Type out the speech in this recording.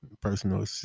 personal